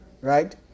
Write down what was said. Right